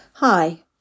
Hi